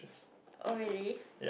oh really